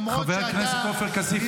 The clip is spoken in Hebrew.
למרות שאתה -- חבר הכנסת עופר כסיף,